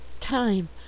Time